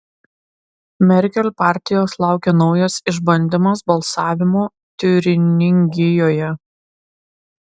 merkel partijos laukia naujas išbandymas balsavimu tiuringijoje